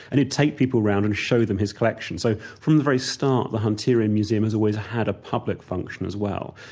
and he'd take people around and show them his collection. so from the very start, the hunterian museum has always had a public function as well.